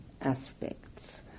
aspects